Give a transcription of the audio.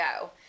go